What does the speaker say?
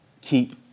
keep